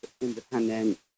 independent